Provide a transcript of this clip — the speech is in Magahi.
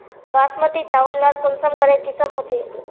बासमती चावल लार कुंसम करे किसम होचए?